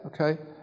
okay